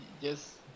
yes